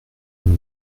une